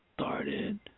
started